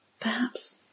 Perhaps